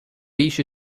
beat